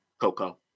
Coco